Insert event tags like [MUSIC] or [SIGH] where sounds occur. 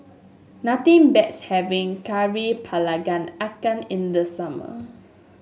nothing beats having kari [UNINTELLIGIBLE] ikan in the summer